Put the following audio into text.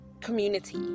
community